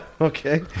Okay